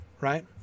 right